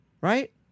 Right